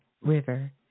River